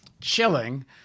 chilling